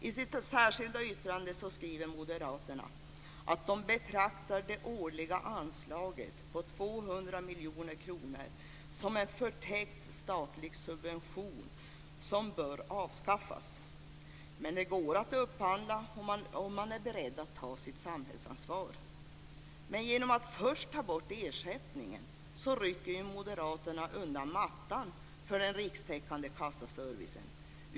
I sitt särskilda yttrande skriver moderaterna att de betraktar det årliga anslaget på 200 miljoner kronor som en förtäckt statlig subvention som bör avskaffas, men det går att upphandla om man är beredd att ta sitt samhällsansvar. Men genom att först ta bort ersättningen rycker moderaterna undan mattan för den rikstäckande kassaservicen.